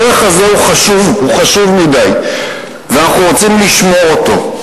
הערך הזה הוא חשוב מדי ואנחנו רוצים לשמור אותו.